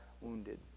wounded